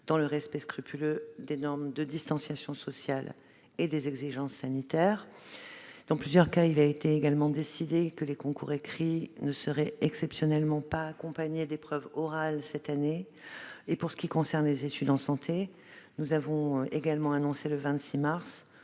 dans le respect scrupuleux des normes de distanciation sociales et des exigences sanitaires. Dans plusieurs cas, il a été également décidé que les concours écrits ne seraient exceptionnellement pas accompagnés d'épreuves orales cette année. Pour ce qui concerne les études en santé, nous avons annoncé le 26 mars